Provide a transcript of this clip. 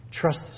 trust